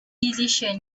decisions